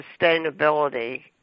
sustainability